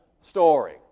story